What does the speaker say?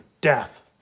death